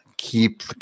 keep